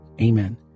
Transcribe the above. Amen